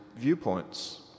viewpoints